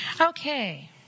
Okay